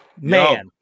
Man